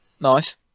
Nice